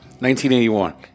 1981